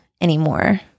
anymore